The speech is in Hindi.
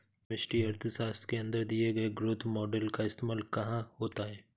समष्टि अर्थशास्त्र के अंदर दिए गए ग्रोथ मॉडेल का इस्तेमाल कहाँ होता है?